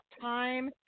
time